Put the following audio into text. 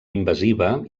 invasiva